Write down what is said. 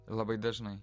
labai dažnai